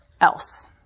else